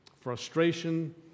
frustration